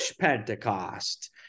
Pentecost